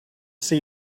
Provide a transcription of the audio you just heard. see